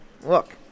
Look